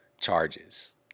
charges